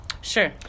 sure